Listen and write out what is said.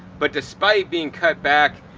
but despite being cut back,